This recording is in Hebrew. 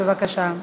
בבקשה.